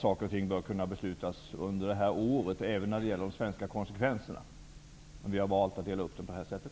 Saker och ting bör kunna beslutas under det här året, även det som gäller konsekvenserna i Sverige. Vi har valt att dela upp det på det här sättet.